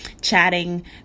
chatting